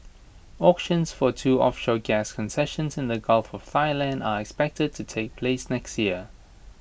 auctions for two offshore gas concessions in the gulf of Thailand are expected to take place next year